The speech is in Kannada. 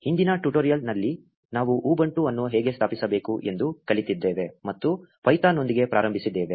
ಹಿಂದಿನ ಟ್ಯುಟೋರಿಯಲ್ ನಲ್ಲಿ ನಾವು ಉಬುಂಟು ಅನ್ನು ಹೇಗೆ ಸ್ಥಾಪಿಸಬೇಕು ಎಂದು ಕಲಿತಿದ್ದೇವೆ ಮತ್ತು ಪೈಥಾನ್ನೊಂದಿಗೆ ಪ್ರಾರಂಭಿಸಿದ್ದೇವೆ